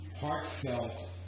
heartfelt